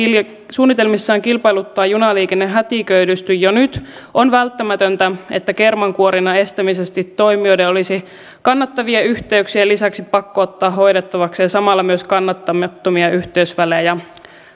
suunnitelmissaan kilpailuttaa junaliikenne hätiköidysti jo nyt on välttämätöntä että kermankuorinnan estämiseksi toimijoiden olisi kannattavien yhteyksien lisäksi pakko ottaa hoidettavakseen samalla myös kannattamattomia yhteysvälejä